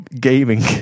gaming